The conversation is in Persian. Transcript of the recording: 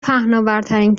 پهناورترین